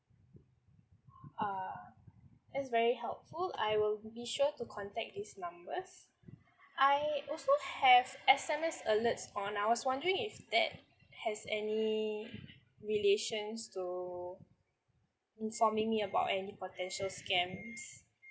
uh that's very helpful I will be sure to contact these numbers I also have S_M_S alerts on I was wondering if that has any relations to informing me of any potential scams